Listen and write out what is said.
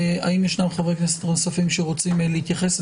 האם ישנם חברי כנסת נוספים שרוצים להתייחס?